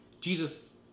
Jesus